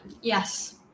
Yes